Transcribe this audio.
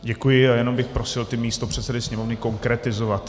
Děkuji a jenom bych prosil ty místopředsedy Sněmovny konkretizovat.